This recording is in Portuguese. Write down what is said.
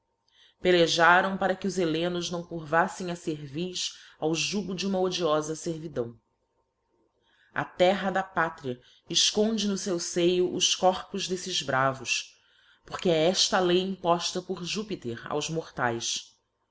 pelejaram para que os hellenos não curvaffem a cerviz ao jugo de uma odiofa fervidão a terra da pátria efconde no feu feio os corpos d'eftes bravos porque é efta a lei impofta por júpiter aos mortaes